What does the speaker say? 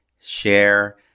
share